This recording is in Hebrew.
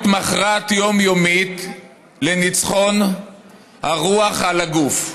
מכרעת יומיומית לניצחון הרוח על הגוף,